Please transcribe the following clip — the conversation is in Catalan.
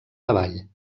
davall